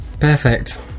Perfect